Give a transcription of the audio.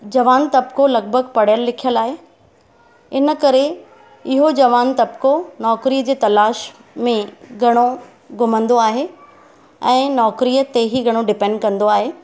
जवान तबिको लॻिभॻि पढ़ियल लिखियल आहे इनकरे इहो जवान तबिको नौकरीअ जे तलाश में घणो घुमंदो आहे ऐं नौकरीअ ते ई घणो डिपेंड कंदो आहे